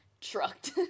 trucked